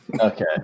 Okay